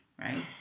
right